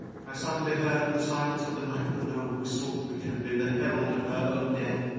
i suddenly heard in the silence of the night the low whistle which had been the herald of her own death.